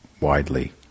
widely